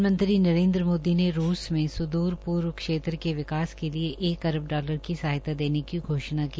प्रधानमंत्री नरेन्द्र मोदी ने रूस में सुदूर पूर्व क्षेत्र के विकास के लिए एक अरब डालर की सहायता देने की घोषणा की